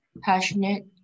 passionate